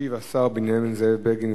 ישיב השר בנימין זאב בגין.